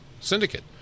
syndicate